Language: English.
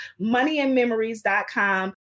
moneyandmemories.com